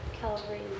Calvary